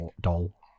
doll